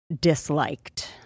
disliked